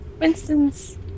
Winston's